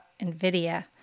NVIDIA